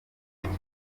igihe